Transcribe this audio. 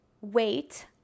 wait